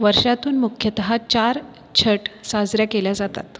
वर्षातून मुख्यतः चार छठ साजऱ्या केल्या जातात